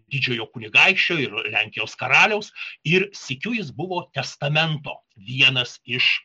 didžiojo kunigaikščio ir lenkijos karaliaus ir sykiu jis buvo testamento vienas iš